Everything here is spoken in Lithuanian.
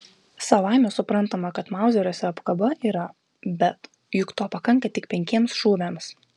savaime suprantama kad mauzeriuose apkaba yra bet juk to pakanka tik penkiems šūviams